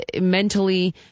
mentally